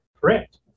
Correct